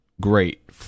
great